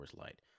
Light